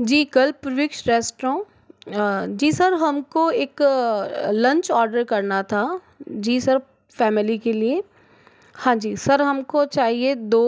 जी कल रेस्टोरें जी सर हमको एक लंच ऑर्डर करना था जी सर फ़ैमिली के लिए हाँ जी सर हमको चाहिए दो